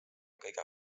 kõige